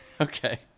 Okay